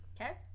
Okay